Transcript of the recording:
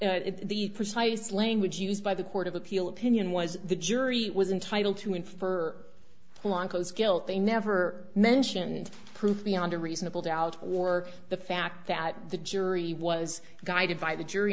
the precise language used by the court of appeal opinion was the jury was entitle to infer guilt they never mentioned proof beyond a reasonable doubt or the fact that the jury was guided by the jury